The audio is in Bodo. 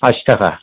आसिथाखा